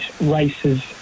races